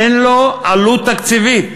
אין לו עלות תקציבית.